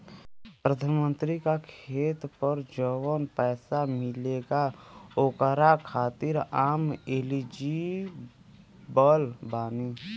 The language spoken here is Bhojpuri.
प्रधानमंत्री का खेत पर जवन पैसा मिलेगा ओकरा खातिन आम एलिजिबल बानी?